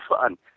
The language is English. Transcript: fun